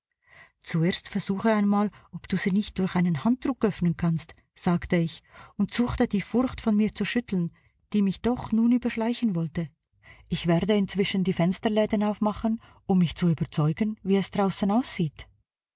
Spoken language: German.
zuerst versuche einmal ob du sie nicht durch einen handdruck öffnen kannst sagte ich und suchte die furcht von mir zu schütteln die mich doch nun überschleichen wollte ich werde inzwischen die fensterläden aufmachen um mich zu überzeugen wie es draußen aussieht